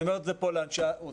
ואני אומר את זה כאן לאנשי האוצר,